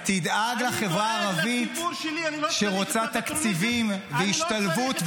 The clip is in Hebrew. תדאג לחברה הערבית שרוצה תקציבים והשתלבות,